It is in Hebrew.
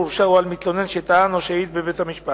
הורשע או על מתלונן שטען או שהעיד בבית-המשפט.